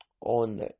on